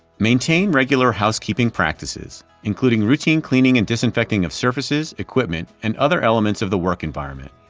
maintain regular housekeeping practices, including routine cleaning and disinfecting of surfaces, equipment and other elements of the work environment.